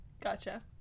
Gotcha